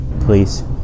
Please